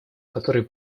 который